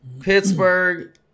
Pittsburgh